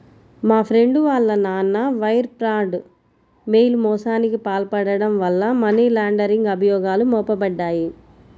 మా ఫ్రెండు వాళ్ళ నాన్న వైర్ ఫ్రాడ్, మెయిల్ మోసానికి పాల్పడటం వల్ల మనీ లాండరింగ్ అభియోగాలు మోపబడ్డాయి